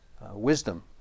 wisdom